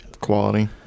quality